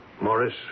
Morris